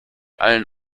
allen